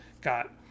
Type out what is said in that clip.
got